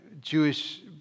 Jewish